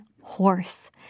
horse